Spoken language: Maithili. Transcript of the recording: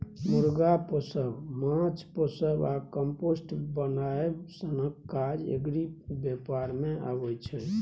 मुर्गा पोसब, माछ पोसब आ कंपोस्ट बनाएब सनक काज एग्री बेपार मे अबै छै